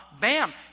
bam